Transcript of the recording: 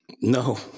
No